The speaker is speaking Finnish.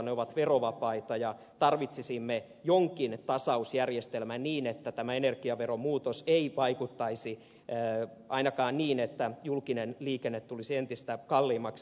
ne ovat verovapaita ja tarvitsisimme jonkin tasausjärjestelmän niin että tämä energiaveromuutos ei vaikuttaisi ainakaan niin että julkinen liikenne tulisi entistä kalliimmaksi